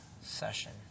session